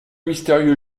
mystérieux